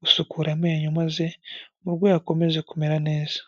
gusukura amenyo maze umurwayi akomeze kumera neza.